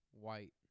White